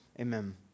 Amen